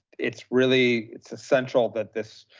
it's really, it's essential that this,